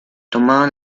tomaron